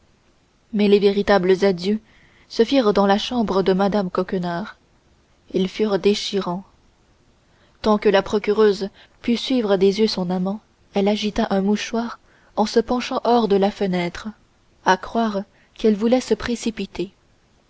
mais les véritables adieux se firent dans la chambre de mme coquenard ils furent déchirants tant que la procureuse put suivre des yeux son amant elle agita un mouchoir en se penchant hors de la fenêtre à croire qu'elle voulait se précipiter